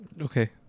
Okay